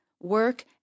work